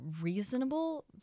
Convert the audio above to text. reasonable